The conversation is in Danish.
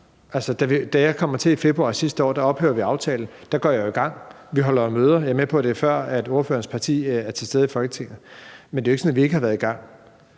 Da jeg kom til i februar sidste år, ophævede vi aftalen, og der gik jeg jo i gang. Vi holder jo møder. Jeg er med på, at det er, før ordførerens parti er til stede i Folketinget. Men det er jo ikke sådan, at vi ikke har været i gang.